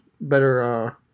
better